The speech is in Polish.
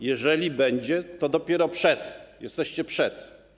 Jeżeli będzie, to dopiero jesteście przed.